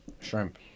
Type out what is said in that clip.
shrimp